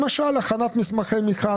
למשל הכנת מסמכי מכרז,